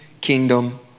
kingdom